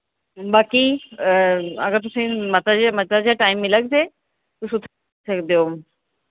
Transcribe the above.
बाकी अगर तुसें मता जेहा मता जेहा टाइम मिलग ते तुस उत्थै जाई सकदे ओ